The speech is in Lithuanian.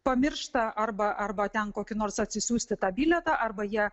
pamiršta arba arba ten kokį nors atsisiųsti tą bilietą arba jie